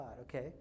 Okay